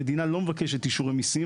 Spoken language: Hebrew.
המדינה לא מבקשת אישורי מיסים.